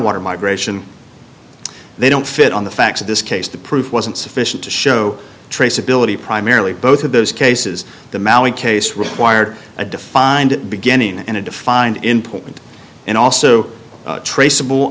water migration they don't fit on the facts of this case the proof wasn't sufficient to show traceability primarily both of those cases the mallee case required a defined beginning and a defined important and also traceable